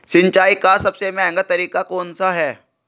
सिंचाई का सबसे महंगा तरीका कौन सा है?